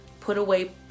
put-away